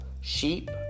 sheep